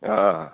अँ